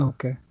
Okay